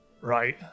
Right